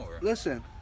Listen